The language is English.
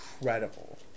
incredible